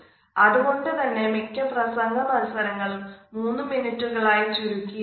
അത് കൊണ്ടാണ് മിക്ക പ്രസംഗ മത്സരങ്ങളും 3 മിനിറ്റുകളാക്കി ചുരുക്കിയിരിക്കുന്നത്